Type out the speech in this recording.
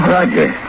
Roger